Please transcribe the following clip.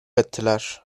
ettiler